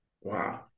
wow